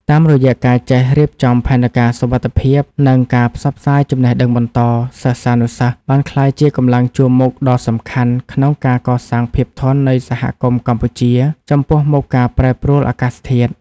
តាមរយៈការចេះរៀបចំផែនការសុវត្ថិភាព និងការផ្សព្វផ្សាយចំណេះដឹងបន្ត សិស្សានុសិស្សបានក្លាយជាកម្លាំងជួរមុខដ៏សំខាន់ក្នុងការកសាងភាពធន់នៃសហគមន៍កម្ពុជាចំពោះមុខការប្រែប្រួលអាកាសធាតុ។